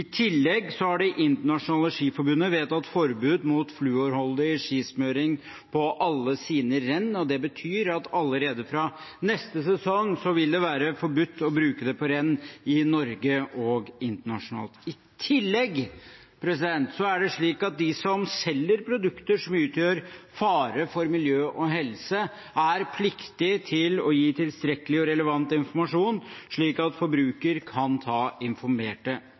tillegg har Det internasjonale skiforbundet vedtatt forbud mot fluorholdig skismøring på alle sine renn. Det betyr at allerede fra neste sesong vil det være forbudt å bruke det på renn i Norge og internasjonalt. I tillegg er det slik at de som selger produkter som utgjør fare for miljø og helse, er pliktig til å gi tilstrekkelig og relevant informasjon, slik at forbrukere kan ta informerte